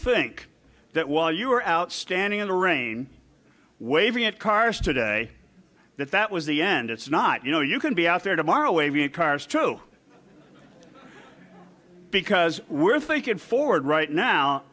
think that while you are out standing in the rain waving at cars today that that was the end it's not you know you can be out there tomorrow waving a car's true because we're thinking forward right now